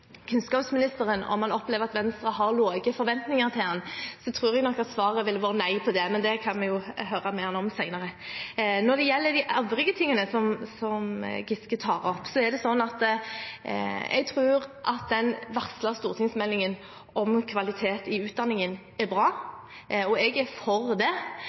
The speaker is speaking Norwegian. kunnskapsministeren om han opplever at Venstre har lave forventninger til ham, tror jeg nok at svaret ville vært nei. Men det kan vi jo høre med ham om senere. Når det gjelder de øvrige tingene som Giske tar opp, er det sånn at jeg tror at den varslede stortingsmeldingen om kvalitet i utdanningen er bra, og jeg er for det.